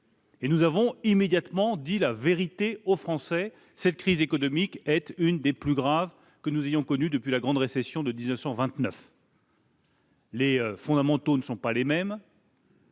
Nous avons immédiatement dit la vérité aux Français : cette crise économique est l'une des plus graves que nous ayons connues depuis la grande récession de 1929. Les fondamentaux ne sont pas les mêmes,